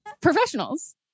professionals